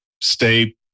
stay